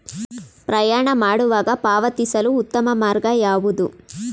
ಪ್ರಯಾಣ ಮಾಡುವಾಗ ಪಾವತಿಸಲು ಉತ್ತಮ ಮಾರ್ಗ ಯಾವುದು?